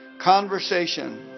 Conversation